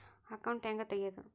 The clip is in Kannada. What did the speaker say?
ಅಕೌಂಟ್ ಹ್ಯಾಂಗ ತೆಗ್ಯಾದು?